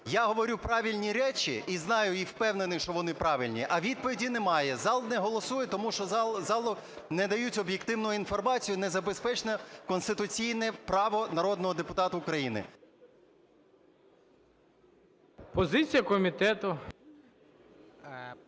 Я говорю правильні речі, і знаю, і впевнений, що вони правильні, а відповіді немає. Зал не голосує, тому що залу не дають об'єктивну інформацію, не забезпечено конституційне право народного депутата України. ГОЛОВУЮЧИЙ. Позиція комітету.